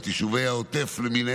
יישובי העוטף למיניהם,